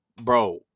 Bro